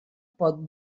pot